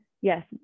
yes